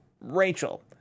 Rachel